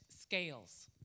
scales